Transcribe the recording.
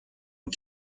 and